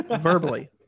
Verbally